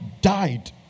died